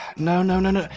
no, no, no no,